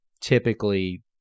typically